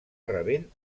rebent